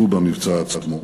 שהשתתפו במבצע עצמו.